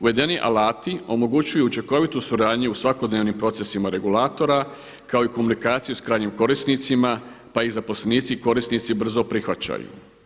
Uvedeni alati omogućuju učinkovitu suradnju u svakodnevnim procesima regulatora kao i komunikaciju s krajnjim korisnicima pa ih zaposlenici i korisnici brzo prihvaćaju.